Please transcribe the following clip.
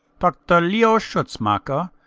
doctor leo schutzmacher,